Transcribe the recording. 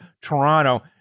Toronto